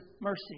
mercy